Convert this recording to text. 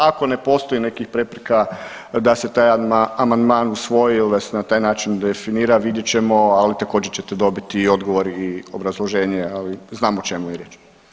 Ako ne postoji nekih prepreka da se taj amandman usvoji ili da se na taj način definira, vidjet ćemo, ali također ćete dobiti i odgovor i obrazloženje, ali znam o čemu je riječ.